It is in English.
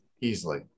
easily